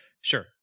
Sure